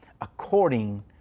according